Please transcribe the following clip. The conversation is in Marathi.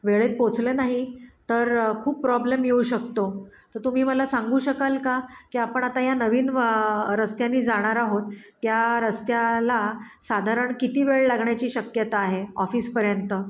वेळेत पोचले नाही तर खूप प्रॉब्लेम येऊ शकतो तं तुम्ही मला सांगू शकाल का की आपण आता या नवीन रस्त्याने जाणार आहोत त्या रस्त्याला साधारण किती वेळ लागण्याची शक्यता आहे ऑफिसपर्यंत